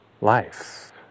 life